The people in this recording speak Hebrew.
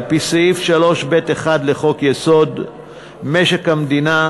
על-פי סעיף 3ב1 לחוק-יסוד משק המדינה,